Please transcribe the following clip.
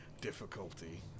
difficulty